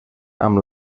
amb